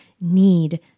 need